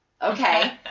Okay